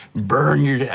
burn your debt.